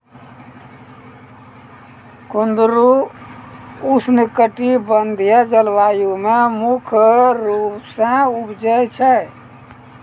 कुंदरु उष्णकटिबंधिय जलवायु मे मुख्य रूपो से उपजै छै